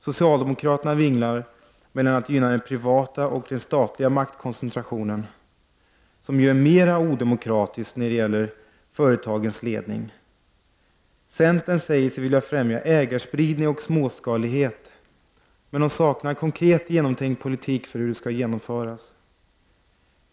Socialdemokraterna vinglar mellan att gynna den privata och den statliga maktkoncentrationen, som ju är än mera odemokratisk när det gäller företagens ledning. Centern säger sig vilja främja ägarspridning och småskalighet, men centern saknar en konkret och genomtänkt politik för hur detta skall genomföras.